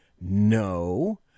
No